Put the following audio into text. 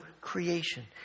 creation